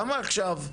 למה עכשיו?